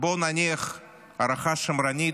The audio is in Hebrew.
בואו נניח הערכה שמרנית,